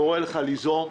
קורא לך ליזום,